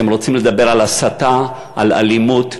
אתם רוצים לדבר על הסתה, על אלימות,